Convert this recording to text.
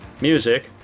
Music